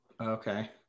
Okay